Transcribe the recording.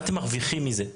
מרוויחים מזה?